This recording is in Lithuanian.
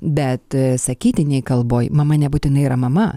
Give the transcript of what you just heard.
bet sakytinėj kalboj mama nebūtinai yra mama